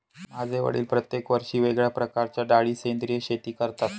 माझे वडील प्रत्येक वर्षी वेगळ्या प्रकारच्या डाळी सेंद्रिय शेती करतात